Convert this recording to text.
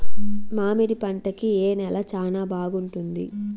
మామిడి పంట కి ఏ నేల చానా బాగుంటుంది